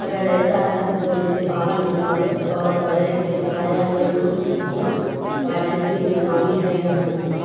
اگر ایسا ہے تو اسے باہر نکالیں اور پڑھیں کہ آیا یہ نقص نقص وارنٹی میں شامل ہے یا نہیں